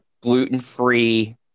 gluten-free